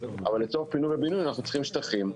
אבל לצורך פינוי ובינוי אנחנו צריכים שטחים,